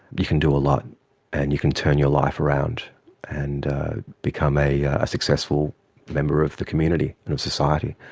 you can do a lot and you can turn your life around and become a successful member of the community and of society.